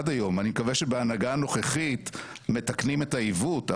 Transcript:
אני מקווה שבהנהגה הנוכחית מתקנים את העיוות,